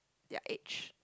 their age